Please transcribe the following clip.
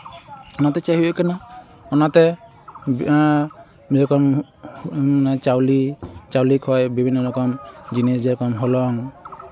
ᱚᱱᱟᱛᱮ ᱪᱮᱫ ᱦᱩᱭᱩᱜ ᱠᱟᱱᱟ ᱚᱱᱟᱛᱮ ᱱᱤᱭᱟᱹ ᱪᱟᱣᱞᱮ ᱪᱟᱣᱞᱮ ᱠᱷᱚᱱ ᱵᱤᱵᱷᱤᱱᱱᱚ ᱨᱚᱠᱚᱢ ᱡᱤᱱᱤᱥ ᱡᱚᱠᱷᱚᱱ ᱦᱚᱞᱚᱝ